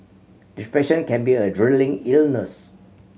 depression can be a draining illness